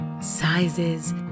sizes